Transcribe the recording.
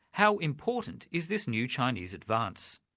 how important is this new chinese advance?